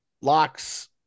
locks